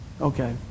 Okay